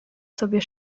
sobie